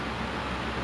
oo